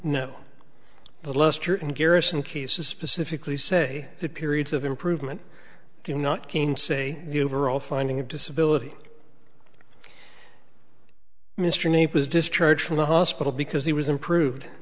in garrison cases specifically say the periods of improvement do not gainsay the overall finding of disability mr nabors discharged from the hospital because he was improved